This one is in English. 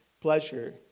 pleasure